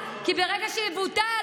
כי ברגע שיבוטל,